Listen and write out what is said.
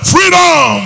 Freedom